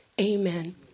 Amen